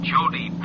Jody